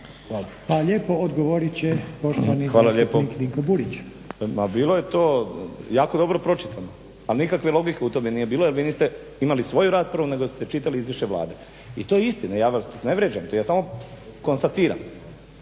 lijepo. Odgovorit će poštovani zastupnik Dinko Burić. **Burić, Dinko (HDSSB)** Pa bilo je to jako dobro pročitano, ali nikakve logike u tome nije bilo jer vi niste imali svoju raspravu nego ste čitali izvješće Vlade. I to je istina. Ja vas ne vrijeđam. Ja samo konstatiram.